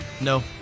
No